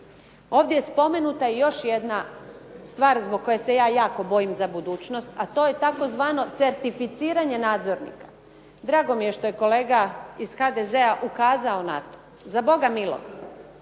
Ovdje je spomenuta i još jedna stvar zbog koje se ja jako bojim za budućnost, a to je tzv. certficiranje nadzornika. Drago mi je što je kolega iz HDZ-a ukazao na to. Za Boga miloga,